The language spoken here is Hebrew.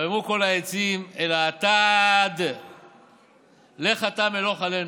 ויאמרו כל העצים אל האטד לך אתה מלך עלינו.